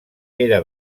era